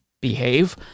behave